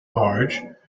barge